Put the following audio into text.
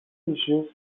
issues